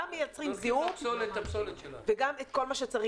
מייצרים זיהום וגם את כל מה שצריך.